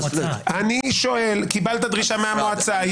קיבלת דרישה מהמועצה,